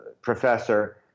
professor